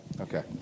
Okay